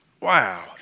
Wow